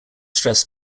stress